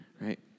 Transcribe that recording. right